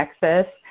Texas